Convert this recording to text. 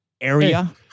area